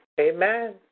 Amen